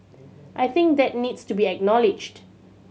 I think that needs to be acknowledged